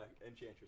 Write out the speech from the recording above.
Enchantress